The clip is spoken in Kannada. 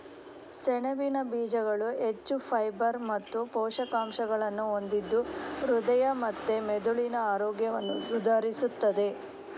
ಸೆಣಬಿನ ಬೀಜಗಳು ಹೆಚ್ಚು ಫೈಬರ್ ಮತ್ತು ಪೋಷಕಾಂಶಗಳನ್ನ ಹೊಂದಿದ್ದು ಹೃದಯ ಮತ್ತೆ ಮೆದುಳಿನ ಆರೋಗ್ಯವನ್ನ ಸುಧಾರಿಸ್ತದೆ